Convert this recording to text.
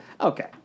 Okay